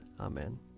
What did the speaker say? Amen